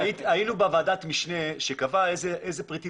היינו בוועדת המשנה שקבעה איזה פריטים